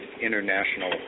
international